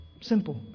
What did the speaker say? Simple